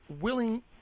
willing